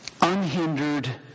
unhindered